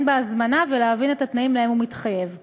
בהזמנה ולהבין את התנאים שהוא מתחייב להם.